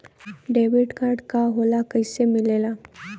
Debit card का होला कैसे मिलेला?